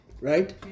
right